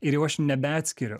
ir jau aš nebeatskiriu